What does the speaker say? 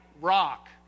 Rock